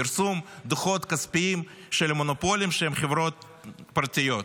פרסום דוחות כספיים של מונופולים שהם חברות פרטיות,